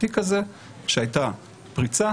התיק הזה שהייתה פריצה